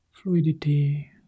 Fluidity